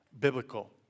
biblical